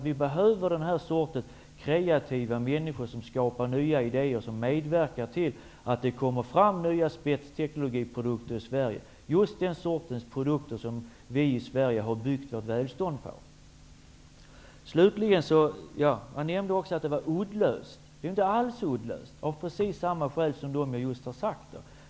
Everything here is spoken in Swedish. Vi behöver ju den här sortens kreativa människor som kommer med nya idéer och som medverkar till att nya spetsteknologiprodukter kan tas fram i Sverige. Det är just den sortens produkter som vi i Sverige har byggt vårt välstånd på. Per-Richard Molén säger också att 6 § kärntekniklagen är uddlös. Så är det inte alls -- just av de skäl som jag tidigare har redogjort för.